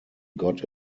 got